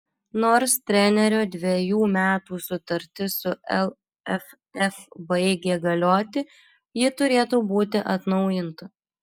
nors trenerio dvejų metų sutartis su lff baigė galioti ji turėtų būti atnaujinta